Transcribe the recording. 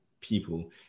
people